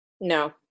No